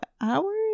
hours